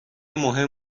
مهم